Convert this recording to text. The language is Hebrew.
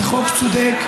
זה חוק צודק,